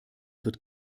wird